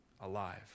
alive